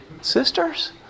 sisters